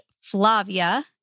Flavia